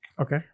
Okay